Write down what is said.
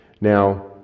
Now